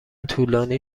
طولانی